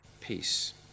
peace